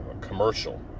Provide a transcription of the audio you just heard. commercial